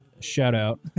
Shout-out